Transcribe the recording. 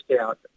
out